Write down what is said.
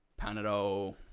Panadol